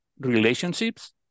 relationships